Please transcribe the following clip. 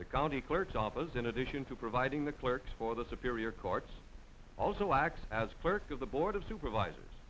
the county clerk's office in addition to providing the clerk for the superior courts also acts as clerk of the board of supervisors